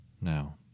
Now